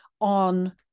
on